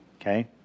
okay